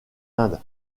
inde